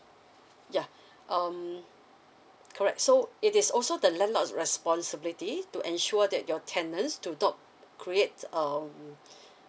ya um correct so it is also the landlord's responsibility to ensure that your tenants do not create uh